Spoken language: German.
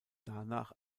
danach